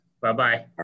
Bye-bye